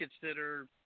consider